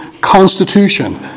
constitution